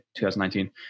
2019